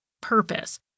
purpose